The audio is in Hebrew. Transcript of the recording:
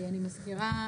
אני אגיד,